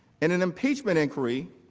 in an impeachment inquiry